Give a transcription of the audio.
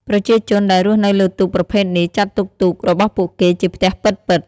ប្រជាជនដែលរស់នៅលើទូកប្រភេទនេះ ចាត់ទុកទូករបស់ពួកគេជាផ្ទះពិតៗ។